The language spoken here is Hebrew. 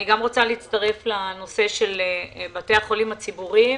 אני גם רוצה להצטרף לנושא של בתי החולים הציבוריים.